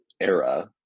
era